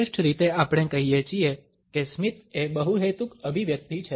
શ્રેષ્ઠ રીતે આપણે કહીએ છીએ કે સ્મિત એ બહુહેતુક અભિવ્યક્તિ છે